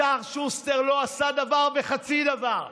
השר שוסטר לא עשה דבר וחצי דבר.